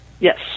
Yes